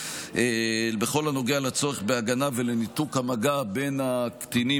בכל הנוגע לצורך בהגנה ולניתוק המגע בין הקטינים